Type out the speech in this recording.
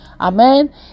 Amen